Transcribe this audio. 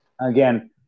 again